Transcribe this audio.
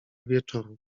wieczoru